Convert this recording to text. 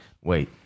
wait